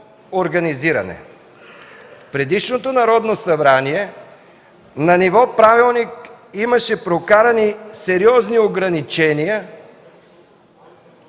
В предишното Народно събрание на ниво правилник имаше прокарани сериозни ограничения,